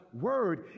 word